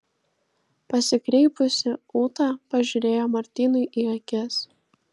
pasikreipusi ūta pažiūrėjo martynui į akis